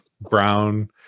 brown